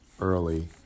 early